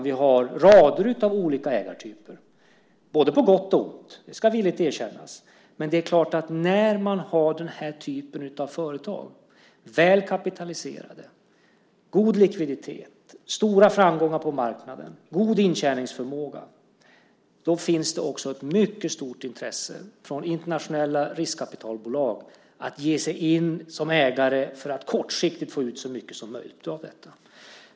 Vi har rader av olika ägartyper - på både gott och ont, ska jag villigt erkänna. Men det är klart att när man har den här typen av företag - väl kapitaliserat och med god likviditet, stora framgångar på marknaden och god intjäningsförmåga - då finns det också ett mycket stort intresse från internationella riskkapitalbolag att ge sig in som ägare för att kortsiktigt få ut så mycket som möjligt av detta.